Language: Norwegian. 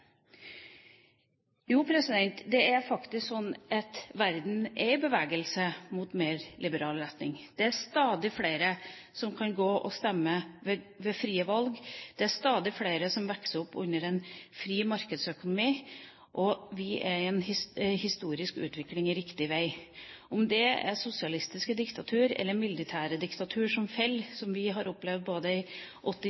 Det er faktisk sånn at verden er i bevegelse i en mer liberal retning. Det er stadig flere som kan stemme ved frie valg, det er stadig flere som vokser opp under en fri markedsøkonomi, og vi er på riktig vei i en historisk utvikling. Om det er sosialistiske diktaturer eller militære diktaturer som